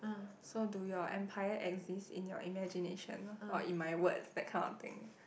so do your empire exist in your imagination or in my words that kind of thing